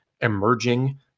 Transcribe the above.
emerging